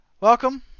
Welcome